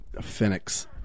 Phoenix